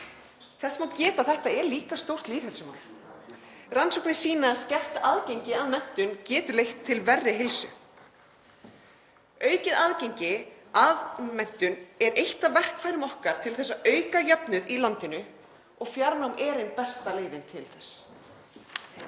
Þess má geta að þetta er líka stórt lýðheilsumál. Rannsóknir sýna að skert aðgengi að menntun getur leitt til verri heilsu. Aukið aðgengi að menntun er eitt af verkfærum okkar til að auka jöfnuð í landinu og fjarnám er ein besta leiðin til þess.